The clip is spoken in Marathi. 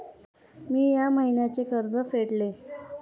मी या महिन्याचे कर्ज फेडले